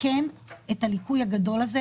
לתקן את הליקוי הגדול הזה,